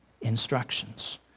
instructions